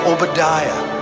Obadiah